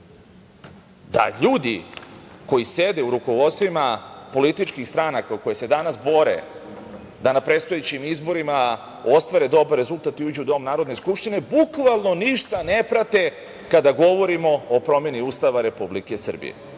da ljudi koji sede u rukovodstvima političkih stranaka u kojoj se danas bore da na predstojećim izborima ostvare dobar rezultat i uđu u dom Narodne skupštine, bukvalno ništa ne prate kada govorimo o promeni Ustava Republike Srbije.